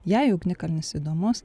jei ugnikalnis įdomus